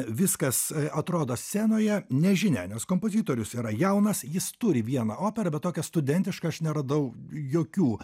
viskas atrodo scenoje nežinia nes kompozitorius yra jaunas jis turi vieną operą bet tokią studentišką aš neradau jokių